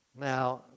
Now